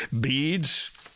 beads